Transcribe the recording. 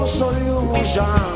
solution